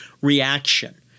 reaction